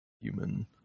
human